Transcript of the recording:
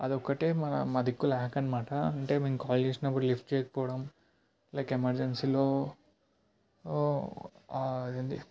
అదొక్కటే మన మాదిక్కు ల్యాక్ అన్నమాట అంటే మేము కాల్ చేసినప్పుడు లిఫ్ట్ చెయ్యకపోవడం లైక్ ఎమర్జెన్సీలో అదేంటి